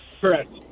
Correct